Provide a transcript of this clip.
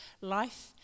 life